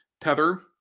Tether